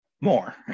more